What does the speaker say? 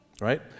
right